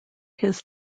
his